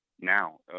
now